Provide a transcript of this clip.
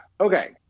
Okay